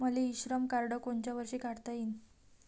मले इ श्रम कार्ड कोनच्या वर्षी काढता येईन?